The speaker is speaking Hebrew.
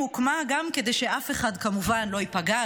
הוקמה גם כדי שאף אחד כמובן לא ייפגע,